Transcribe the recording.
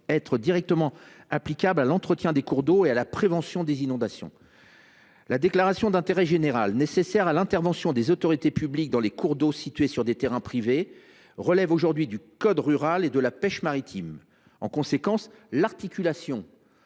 être directement applicables à l’entretien des cours d’eau et à la prévention des inondations. La déclaration d’intérêt général (DIG), nécessaire à l’intervention des autorités publiques sur les cours d’eau situés dans des terrains privés, relève aujourd’hui du code rural et de la pêche maritime. L’articulation